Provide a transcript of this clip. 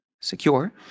secure